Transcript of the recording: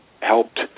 helped